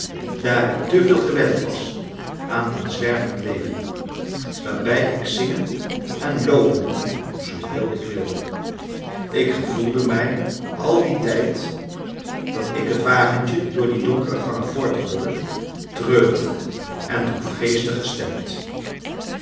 daar ik te veel gewend was aan een zwervend leven waarbij ik zingen en loopen kon zooveel ik wilde ik gevoelde mij al dien tijd dat ik het wagentje door die donkere gangen voortrolde treurig en droefgeestig gestemd